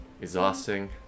exhausting